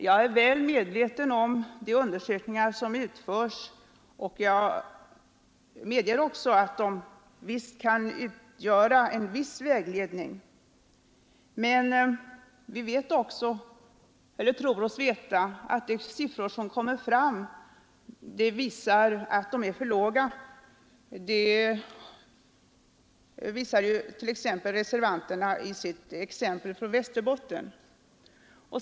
Jag är väl medveten om de undersökningar som utförs och jag medger också att de kan utgöra en viss vägledning. Men vi tror oss också veta att de siffror som kommer fram är för låga. Det framgår av reservanternas exempel från Västerbotten.